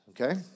okay